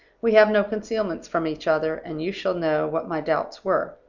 we have no concealments from each other and you shall know what my doubts were.